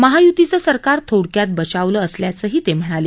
महाय्तीचं सरकार थोडक्यात बचावलं असल्याचंही ते म्हणाले